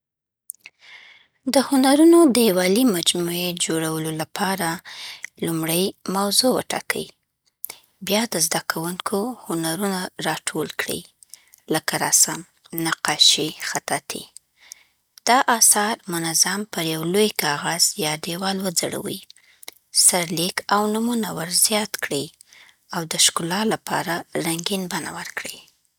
د هنرونو دیوالۍ مجموعه جوړولو لپاره، لومړی موضوع وټاکئ، بیا د زده‌کوونکو هنرونه راټول کړئ لکه رسم، نقاشي، خطاطي. دا آثار منظم پر یو لوی کاغذ یا دیوال وځړوئ، سرلیک او نومونه ورزیات کړئ، او د ښکلا لپاره رنګین بڼه ورکړئ.